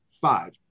five